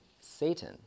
Satan